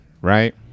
right